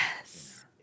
Yes